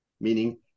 meaning